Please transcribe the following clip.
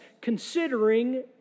considering